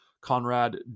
Conrad